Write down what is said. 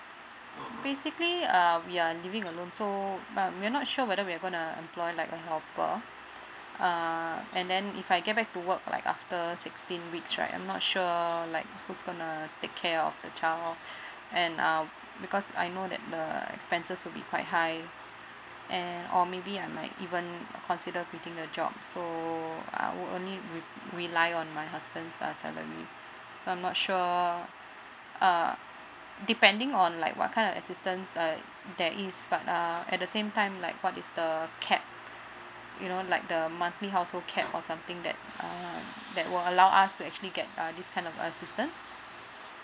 basically uh we are living alone so um we're not sure whether we're gonna employ like a helper uh and then if I get back to work like after sixteen weeks right I'm not sure like who's gonna take care of the child and uh because I know that the expenses will be quite high and or maybe I'm might even consider quitting the job so I'll only re~ rely on my husband's uh salary so I'm not sure uh depending on like what kind of assistance uh there is but uh at the same time like what is the cap you know like the monthly household cap or something that uh that will allow us to actually get this kind of assistance